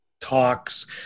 talks